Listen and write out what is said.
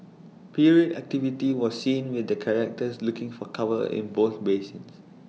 period activity was seen with the charterers looking for cover in both basins